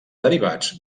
derivats